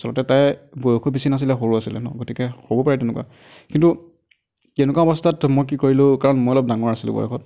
আচলতে তাইৰ বয়সো বেছি নাছিলে সৰু আছিলে ন গতিকে হ'ব পাৰে তেনেকুৱা কিন্তু তেনেকুৱা অৱস্থাত মই কি কৰিলোঁ কাৰণ মই অলপ ডাঙৰ আছিলোঁ বয়সত